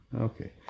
Okay